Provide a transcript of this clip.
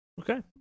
Okay